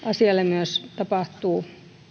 myös tapahtuu